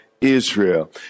Israel